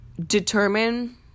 Determine